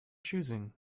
choosing